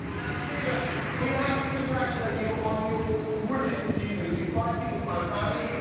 stephen we have to congratulate you on your brilliant new moving, fighting with my family,